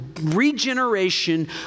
regeneration